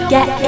Get